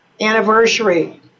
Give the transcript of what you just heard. anniversary